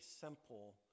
simple